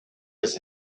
was